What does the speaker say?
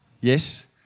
Yes